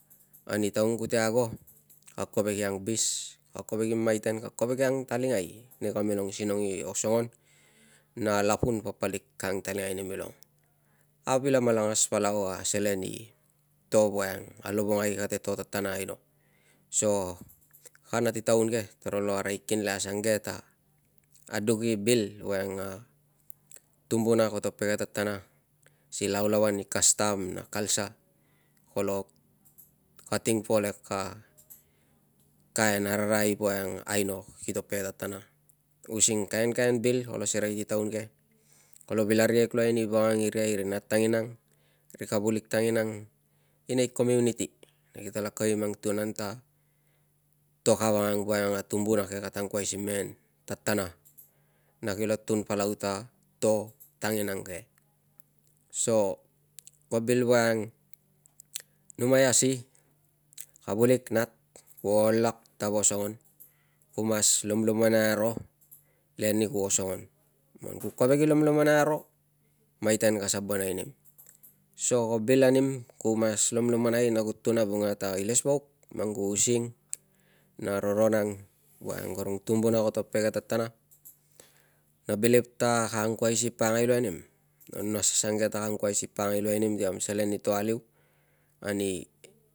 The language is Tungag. Ani taun kute ago ka koveki angbis ka kove imai ten ka kovek i angtalingai nei kamilong sinong i osongon na lapun papalik ka ang talingai nimilon. Avil amalangas palau a selen i to voiang a lovongai kate to tatana ano so kana ti taun ke toro lo arai kinlei asange t aduk i bil voiang tumbuna koto pege tatana si lau lauan i kastam na culture kolo kating polek a kain ararai voian aino kito pege tatana using kainkain bil kolo serei si taun ke ko vil arikek lui ni vangang iria iri nat tanginang veri kavilik tanginang inei community na kitala kovek imang tunan ta to kavangang voiang a tumbuna ke kata angkua si mengen tatana na kilo tun palau ta to tanginang ke so ko bil voiang numaiasi kavulik, nat voiang kuo ol lak t osongon man ku kovek i lomlomonai aro mai ten kasa bonai anim so ko bilamim so ko bilamim kumas lomlomonai na ku tunavuanga ta i lesvuak koto pege tatana no bilip t ako ang kui iuai sipaka ngai lui nim na nas asang e ta ka angui si pak kangai lui nimsi kam selen i to aliu ani.